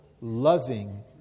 loving